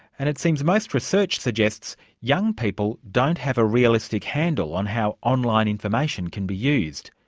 and it seems most research suggests young people don't have a realistic handle on how online information can be used.